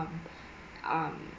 um um